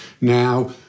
Now